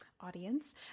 audience